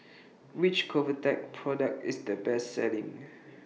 Which Convatec Product IS The Best Selling